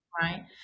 right